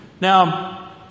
Now